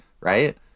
right